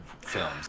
films